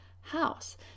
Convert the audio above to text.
house